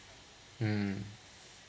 mm